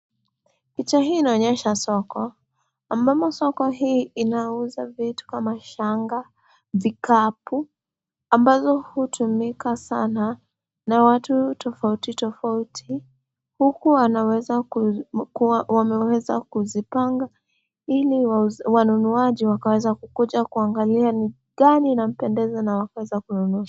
Picha hii inaonyesha soko ambamo soko hii inauza vitu kama shanga, vikapu ambavyo hutumika sana na watu tofauti tofauti, huku wameweza kupanga ili wanunuaji wakaweza kukuja kuangalia ni gani inampendeza na wakaweza kununua.